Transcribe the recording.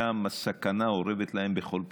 ושם הסכנה אורבת להם בכל פינה.